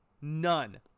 None